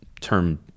term